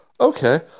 Okay